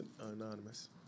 anonymous